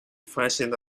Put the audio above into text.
functioned